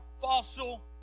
fossil